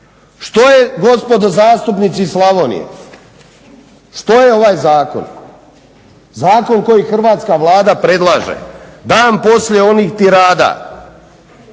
Što je gospodo zastupnici Slavonije? Što je ovaj zakon? Zakon koji hrvatska Vlada predlaže dan poslije onih tirada,